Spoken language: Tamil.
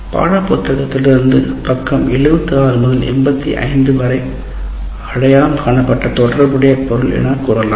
பாடப்புத்தகத்திலிருந்து பக்கம் 76 முதல் 85 வரை அடையாளம் காணப்பட்ட தொடர்புடைய பொருள் என்ன கூறலாம்